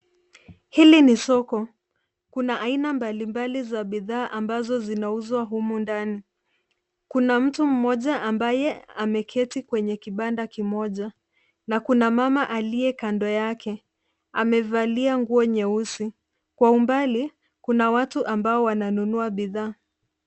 Hili ni soko. Kuna aina mbalimbali za bidhaa ambazo zinauzwa humu ndani. Kuna mtu mmoja ambaye ameketi kwenye kibanda kimoja na kuna mama aliye kando yake. Amevalia nguo nyeusi. Kwa umbali, kuna watu ambao wananunua bidhaa.